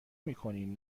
میکنین